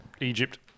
Egypt